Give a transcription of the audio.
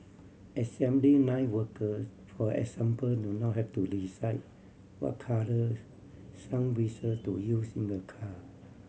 assembly line workers for example do not have to decide what colour sun visor to use in a car